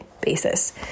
basis